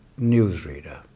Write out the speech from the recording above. newsreader